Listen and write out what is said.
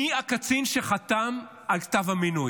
מי הקצין שחתם על כתב המינוי?